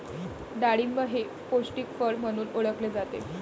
डाळिंब हे पौष्टिक फळ म्हणून ओळखले जाते